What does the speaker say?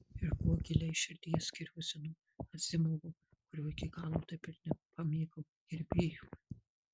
ir kuo giliai širdyje skiriuosi nuo azimovo kurio iki galo taip ir nepamėgau gerbėjų